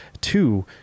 Two